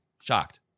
shocked